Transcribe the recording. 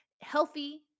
healthy